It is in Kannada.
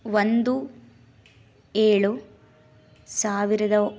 ಒಂದು ಏಳು ಸಾವಿರದ